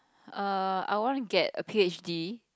err I want to get a p_h_d